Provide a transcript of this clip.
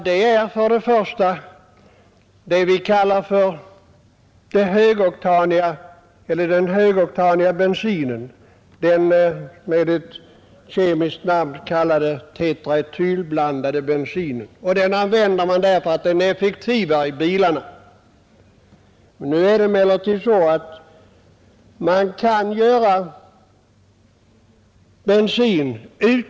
Det är först och främst vad vi kallar den högoktaniga bensinen, den som med ett kemiskt namn kallas tetraetylblandad bensin. Den används i bilarna därför att den är effektivare än vanlig bensin.